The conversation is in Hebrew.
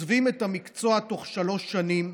עוזבים את המקצוע בתוך שלוש שנים,